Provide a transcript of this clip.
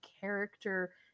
character